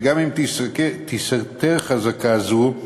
וגם אם תיסתר חזקה זו,